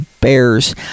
Bears